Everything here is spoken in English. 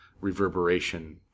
reverberation